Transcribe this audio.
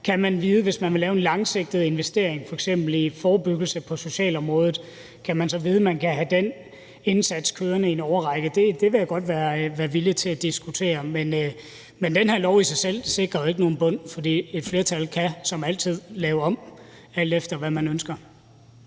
kan man vide, hvis man vil lave en langsigtet investering, f.eks. i forebyggelse på socialområdet, at man kan have den indsats kørende i en årrække? Det vil jeg godt være villig til at diskutere. Men den her lov i sig selv sikrer jo ikke nogen bund, for et flertal kan som altid lave det om, alt efter hvad man ønsker.